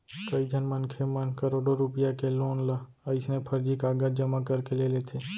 कइझन मनखे मन करोड़ो रूपिया के लोन ल अइसने फरजी कागज जमा करके ले लेथे